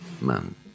man